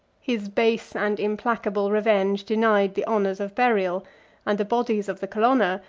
his base and implacable revenge denied the honors of burial and the bodies of the colonna,